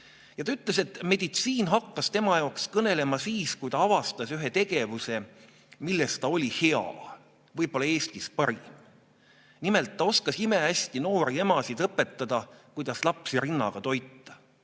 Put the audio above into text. Ta ütles, et meditsiin hakkas tema jaoks kõnelema siis, kui ta avastas ühe tegevuse, milles ta oli hea, võib-olla Eestis parim. Nimelt, ta oskas imehästi noori emasid õpetada, kuidas lapsi rinnaga toita.